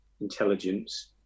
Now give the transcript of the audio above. intelligence